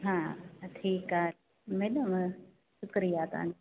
हा ठीकु आहे मैडम शुक्रिया तव्हांजो